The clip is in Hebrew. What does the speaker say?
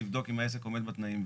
לבדוק אם העסק עומד בתנאים.